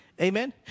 Amen